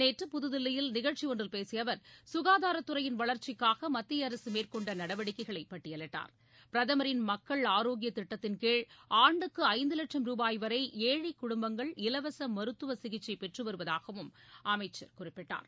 நேற்று புதுதில்லியில் நிகழ்ச்சியொன்றில் பேசிய அவர் சுகாதாரத்துறையின் வளர்ச்சிக்காக மத்திய அரசு மேற்கொண்ட நடவடிக்கைகளை பட்டியலிட்டார் பிரதமரின் மக்கள் ஆரோக்கிய திட்டத்தின்கீழ் ஆண்டுக்கு ஐந்து லட்சம் ரூபாய் வரை ஏழை குடும்பங்கள் இலவச மருத்துவ சிகிச்சை பெற்றுவருவதாகவும் அமைச்சர் குறிப்பிட்டார்